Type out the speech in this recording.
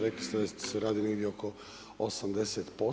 Rekli ste da se radi negdje oko 80%